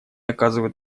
оказывают